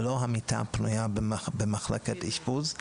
ולא את המיטה הפנויה במחלקת אשפוז.